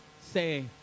say